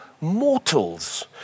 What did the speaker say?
mortals